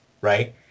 right